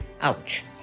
Ouch